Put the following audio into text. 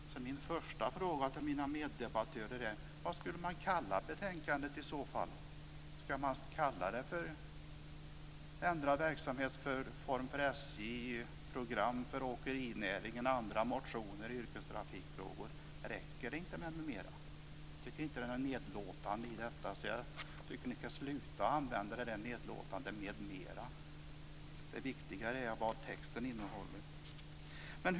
Min första fråga till mina meddebattörer är: Vad skulle man kalla betänkandet i så fall? Ska man kalla det för Ändrad verksamhetsform för SJ, program för åkerinäringen och andra motioner i yrkestrafikfrågor? Räcker inte m.m.? Jag tycker inte om detta nedlåtande "med mera" och tycker att ni ska sluta att använda det. Det är viktigare vad texten innehåller.